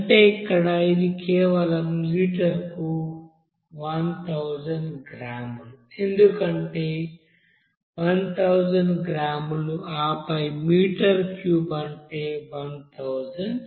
అంటే ఇక్కడ ఇది కేవలం లీటరుకు 1000 గ్రాములు ఎందుకంటే 1000 గ్రాములు ఆపై మీటర్ క్యూబ్ అంటే 1000 లీటర్లు